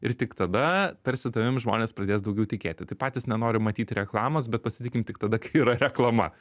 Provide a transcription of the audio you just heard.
ir tik tada tarsi tavim žmonės pradės daugiau tikėti tai patys nenori matyti reklamos bet pasitikim tik tada kai yra reklama